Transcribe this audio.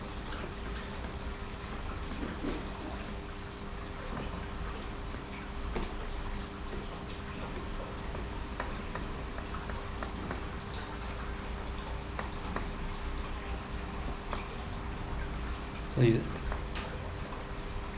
so you